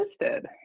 listed